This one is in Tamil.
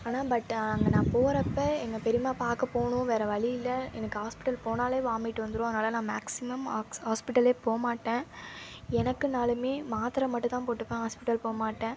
ஆனால் பட்டு அங்கே நான் போறப்போ எங்கள் பெரியம்மா பார்க்க போகணும் வேறு வழி இல்லை எனக்கு ஹாஸ்பிட்டல் போனாலே வாமிட் வந்துரும் அதனால நான் மேக்ஸிமம் ஹாக்ஸ் ஹாஸ்பிட்டலே போகமாட்டேன் எனக்குனாலுமே மாத்திரை மட்டும்தான் போட்டுப்பேன் ஹாஸ்பிட்டல் போகமாட்டேன்